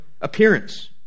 appearance